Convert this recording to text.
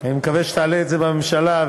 אני מקווה שתעלה את זה בממשלה.